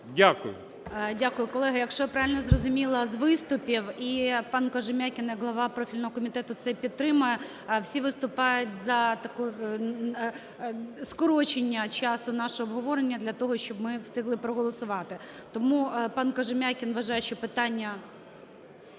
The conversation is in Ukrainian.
Дякую. Колеги, якщо я правильно зрозуміла з виступів, і пан Кожем'якін як глава профільного комітету це підтримує, всі виступають за скорочення часу нашого обговорення для того, щоб ми встигли проголосувати. Тому пан Кожем'якін вважає, що питання…